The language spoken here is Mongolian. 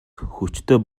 хүчтэй